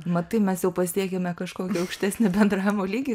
matai mes jau pasiekėme kažkokį aukštesnį bendravimo lygį